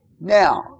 Now